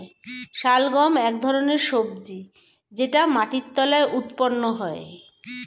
শালগম এক ধরনের সবজি যেটা মাটির তলায় উৎপন্ন হয়